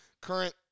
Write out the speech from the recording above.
current